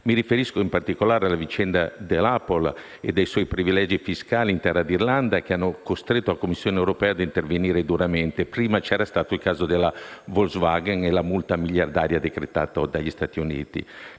Mi riferisco, in particolare, alla vicenda della Apple e dei suoi privilegi fiscali in terra d'Irlanda, che hanno costretto la Commissione europea ad intervenire duramente. Ricordo che prima c'erano stati il caso della Volkswagen e la multa miliardaria decretata dagli Stati Uniti.